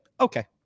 okay